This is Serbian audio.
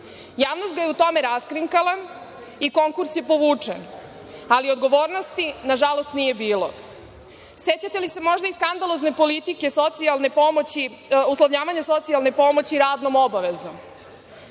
Javnost ga je u tome raskrinkala i konkurs je povučen. Ali, odgovornosti, nažalost, nije bilo.Sećate li se možda i skandalozne politike uslovljavanja socijalne pomoći radnom obavezom.